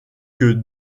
que